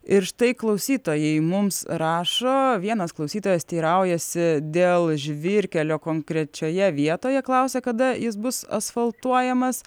ir štai klausytojai mums rašo vienas klausytojas teiraujasi dėl žvyrkelio konkrečioje vietoje klausia kada jis bus asfaltuojamas